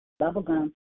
Bubblegum